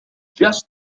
just